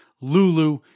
Lulu